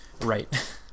right